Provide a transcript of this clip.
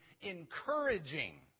encouraging